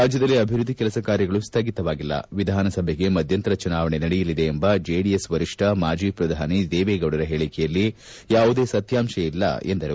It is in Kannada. ರಾಜ್ಯದಲ್ಲಿ ಅಭಿವೃದ್ಧಿ ಕೆಲಸ ಕಾರ್ಯಗಳು ಸ್ಥಗಿತವಾಗಿಲ್ಲ ವಿಧಾನಸಭೆಗೆ ಮಧ್ಯಂತರ ಚುನಾವಣೆ ನಡೆಯಲಿದೆ ಎಂಬ ಜೆಡಿಎಸ್ ವರಿಷ್ಕ ಮಾಜಿ ಪ್ರಧಾನಿ ದೇವೇಗೌಡರ ಹೇಳಕೆಯಲ್ಲಿ ಯಾವುದೇ ಸತ್ಕಾಂಶ ಇಲ್ಲ ಎಂದರು